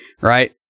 Right